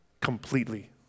completely